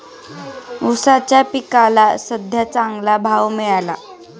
ऊसाच्या पिकाला सद्ध्या चांगला भाव मिळाला